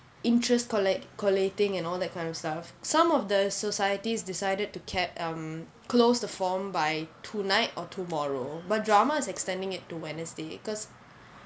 interest colla~ collating and all that kind of stuff some of the societies decided to cap um close the form by tonight or tomorrow but drama is extending it to wednesday because